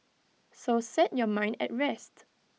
so set your mind at rest